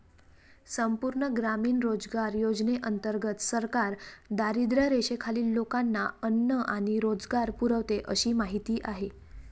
संपूर्ण ग्रामीण रोजगार योजनेंतर्गत सरकार दारिद्र्यरेषेखालील लोकांना अन्न आणि रोजगार पुरवते अशी माहिती आहे